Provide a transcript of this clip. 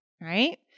right